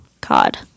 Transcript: God